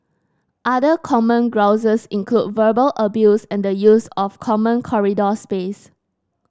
other common grouses include verbal abuse and the use of common corridor space